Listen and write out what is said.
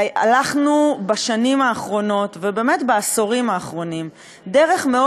שהלכנו בשנים האחרונות ובעשורים האחרונים דרך מאוד